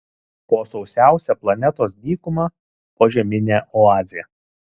po sausiausia planetos dykuma požeminė oazė